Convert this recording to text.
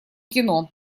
кино